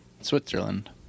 Switzerland